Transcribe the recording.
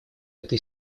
это